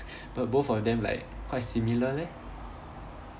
but both of them like quite similar leh